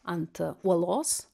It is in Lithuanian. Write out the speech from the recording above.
ant uolos